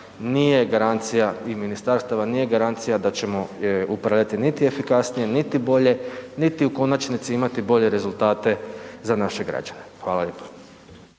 nije garancija i ministarstava, nije garancija da ćemo upravljati niti efikasnije niti bolje, niti u konačnici imati bolje rezultate za naše građane. Hvala lijepo.